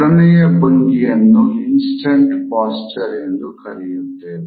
ಎರಡನೇಯ ಭಂಗಿಯನ್ನು instant posture ಎಂದು ಕರೆಯುತ್ತೇವೆ